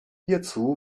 hierzu